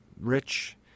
rich